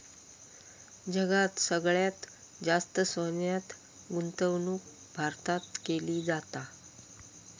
जगात सगळ्यात जास्त सोन्यात गुंतवणूक भारतात केली जाता